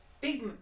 Big